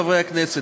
חברי הכנסת,